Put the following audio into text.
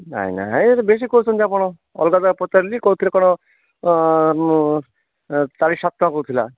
ନାଇଁ ନାଇଁ ଏତ ବେଶୀ କହୁଛନ୍ତି ଆପଣ ଅଲଗା ଜାଗାରେ ପଚାରିଲି କହୁଥିଲେ କ'ଣ ଚାଳିଶ ସପ୍ତାହ କହୁଥିଲା